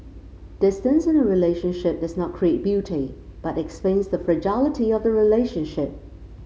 distance in a relationship does not create beauty but it explains the fragility of the relationship